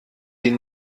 die